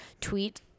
tweet